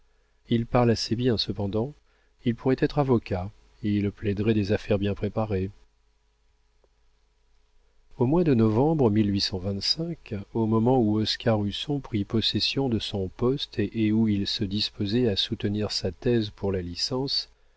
il parle assez bien cependant il pourrait être avocat il plaiderait des affaires bien préparées au mois de novembre au moment où oscar husson prit possession de son poste et où il se disposait à soutenir sa thèse pour la licence